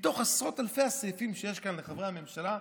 מתוך עשרות אלפי הסעיפים שיש כאן לחברי הממשלה,